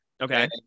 okay